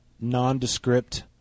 nondescript